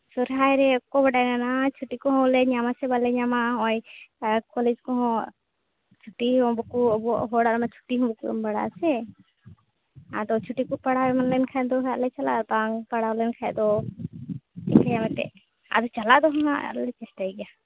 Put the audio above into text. ᱥᱚᱦᱨᱟᱭ ᱨᱮ ᱚᱠᱚᱭ ᱵᱟᱰᱟᱭ ᱱᱟᱱᱟ ᱪᱷᱩᱴᱤ ᱠᱚᱞᱮ ᱧᱟᱢᱟ ᱥᱮ ᱵᱟᱞᱮ ᱧᱟᱢᱟ ᱱᱚᱜᱼᱚᱭ ᱠᱚᱞᱮᱡᱽ ᱠᱚᱦᱚᱸ ᱪᱷᱩᱴᱤ ᱦᱚᱸ ᱵᱟᱠᱚ ᱟᱵᱚ ᱦᱚᱲᱟᱜ ᱚᱱᱟ ᱪᱷᱩᱴᱤ ᱦᱚᱸ ᱵᱟᱠᱚ ᱮᱢ ᱵᱟᱲᱟᱜᱼᱟ ᱥᱮ ᱟᱫᱚ ᱪᱷᱩᱴᱤ ᱠᱚ ᱯᱟᱲᱟᱣ ᱮᱢᱟᱱ ᱞᱮᱱᱠᱷᱟᱱ ᱫᱚ ᱦᱟᱸᱜ ᱞᱮ ᱪᱟᱞᱟᱜᱼᱟ ᱵᱟᱝ ᱯᱟᱲᱟᱣ ᱞᱮᱱᱠᱷᱟᱱ ᱫᱚ ᱪᱤᱠᱟᱹᱭᱟᱢ ᱮᱱᱛᱮᱫ ᱟᱫᱚ ᱪᱟᱞᱟᱣ ᱫᱚ ᱦᱟᱸᱜ ᱟᱞᱮ ᱞᱮ ᱪᱮᱥᱴᱟᱭ ᱜᱮᱭᱟ